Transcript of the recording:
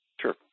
Sure